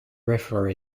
river